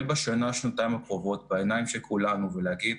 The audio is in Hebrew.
בשנה-שנתיים הקרובות בעיניים של כולנו ולהגיד: